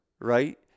Right